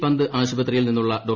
പന്ത് ആശുപത്രിയിൽ നിന്നുള്ള ഡോ